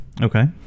Okay